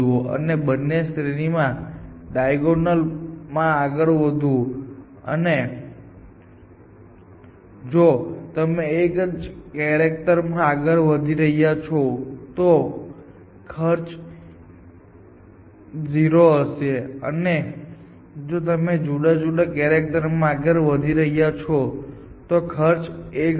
અને બંને શ્રેણીઓમાં ડાઈગોનલ માં આગળ વધવું અને જો તમે એક જ કેરેક્ટર માં આગળ વધી રહ્યા છો તો ખર્ચ 0 હશે અને જો તમે જુદા જુદા કેરેક્ટર માં આગળ વધી રહ્યા છો તો ખર્ચ 1 હશે